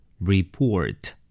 Report